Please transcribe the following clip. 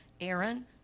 Aaron